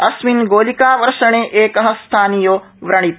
अस्मिन् गोलिकावर्षणे एक स्थानीयो व्रणित